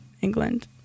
England